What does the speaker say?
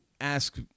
ask